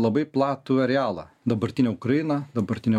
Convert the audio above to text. labai platų arealą dabartinę ukrainą dabartinę